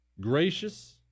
gracious